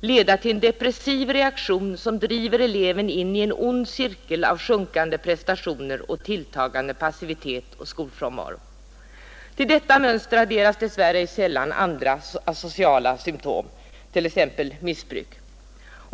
leda till en depressiv reaktion, som driver eleven in i en ond cirkel av sjunkande prestationer och tilltagande passivitet och skolfrånvaro. Till detta mönster adderas dess värre ej sällan andra asociala symtom” — t.ex. missbruk.